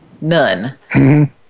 None